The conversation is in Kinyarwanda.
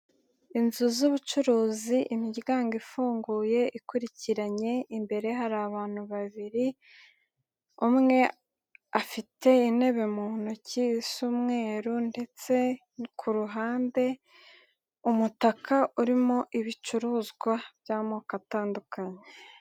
Inzu z'ubucuruzi, imiryango ifunguye ikurikiranye, imbere hari abantu babiri, umwe afite intebe mu ntoki z'umweru ndetse ku ruhande umutaka urimo ibicuruzwa by'amoko atandukanye.